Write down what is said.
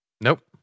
Nope